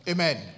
Amen